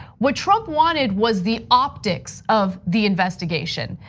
what trump wanted was the optics of the investigation.